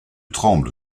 tremble